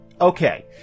Okay